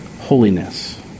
holiness